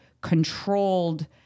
controlled